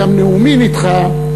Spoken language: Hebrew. גם נאומי נדחה,